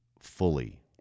fully